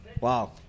wow